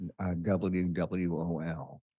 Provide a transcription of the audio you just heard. WWOL